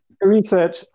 Research